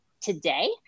today